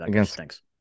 Thanks